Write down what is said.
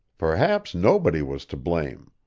perhaps nobody was to blame.